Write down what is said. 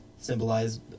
symbolize